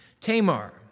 Tamar